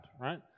right